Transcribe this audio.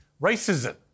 racism